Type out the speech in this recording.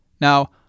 Now